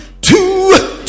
two